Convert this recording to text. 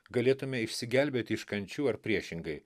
galėtume išsigelbėti iš kančių ar priešingai